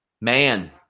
man